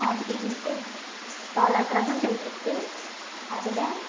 அப்படின்ட்டு பல கிரகங்கள்ருக்கு அதில்